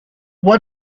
what